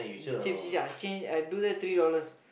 cheap cheap I change I do there three dollars